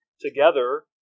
together